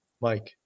Mike